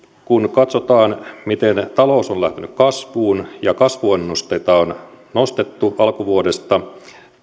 kun katsotaan miten talous on lähtenyt kasvuun ja kasvuennusteita on nostettu alkuvuodesta